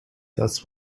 that’s